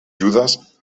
judes